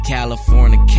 California